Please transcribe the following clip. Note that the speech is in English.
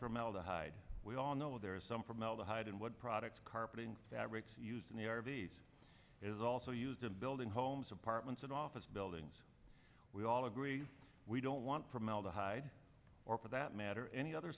formaldehyde we all know there is some formaldehyde in what products carpeting fabrics used in the r v s is also used in building homes apartments and office buildings we all agree we don't want formaldehyde or for that matter any other